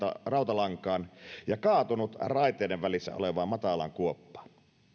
rautalankaan ja kaatunut raiteiden välissä olevaan matalaan kuoppaan